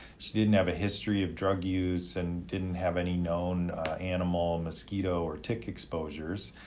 she didn't have a history of drug use and didn't have any known animal, mosquito or tick exposures,